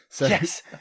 Yes